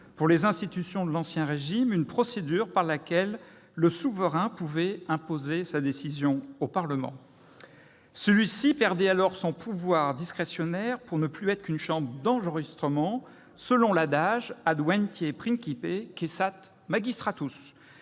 pour les institutions de l'Ancien Régime, une procédure par laquelle le souverain pouvait imposer sa décision au Parlement. Celui-ci perdait alors son pouvoir discrétionnaire pour ne plus être qu'une chambre d'enregistrement, selon l'adage- quand le Prince vient, le magistrat